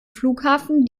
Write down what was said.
flughafen